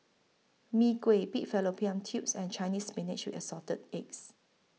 Mee Kuah Pig Fallopian Tubes and Chinese Spinach with Assorted Eggs